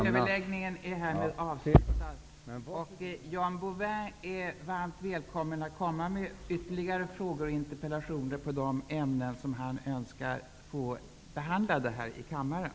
Överläggningen är härmed avslutad. John Bouvin är varmt välkommen att komma med frågor och interpellationer i ämnen som han önskar få behandlade här i kammaren.